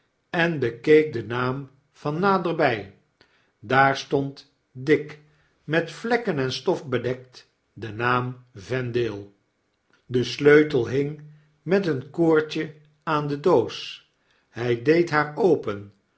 en bekeek den naam van naderbij daar stond dik met vlekken enstof bedekt de naam vendale de sleutel hing met een koordje aan de doos hy deed haar open